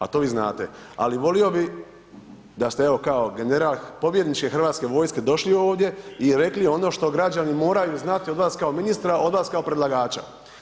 A to vi znate, ali volio bih da ste, evo, kao general pobjedničke Hrvatske vojske došli ovdje i rekli ono što građani moraju znati od vas kao ministra, od vas kao predlagača.